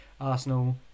Arsenal